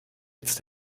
jetzt